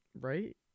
Right